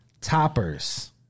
toppers